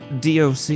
DOC